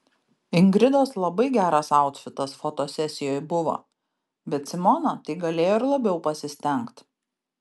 ingridos labai geras autfitas fotosesijoj buvo bet simona tai galėjo ir labiau pasistengt